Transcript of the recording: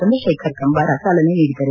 ಚಂದ್ರಕೇಖರ ಕಂಬಾರ ಚಾಲನೆ ನೀಡಿದರು